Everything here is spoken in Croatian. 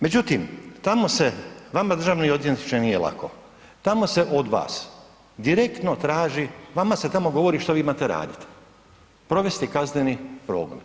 Međutim, tamo se vama državne odvjetniče nije lako, tamo se od vas direktno traži, vama se tamo govori što vi imate raditi, provesti kazneni progon.